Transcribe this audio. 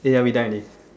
ya we done already